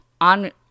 on